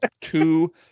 two